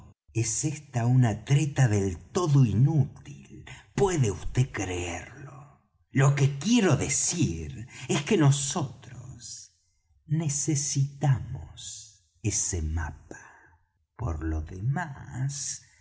es esta una treta del todo inútil puede vd creerlo lo que quiero decir es que nosotros necesitamos ese mapa por lo demás